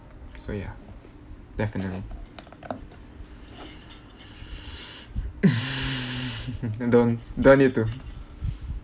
so yeah definitely don't don't need to